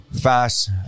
fast